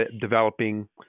developing